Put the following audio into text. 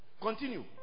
Continue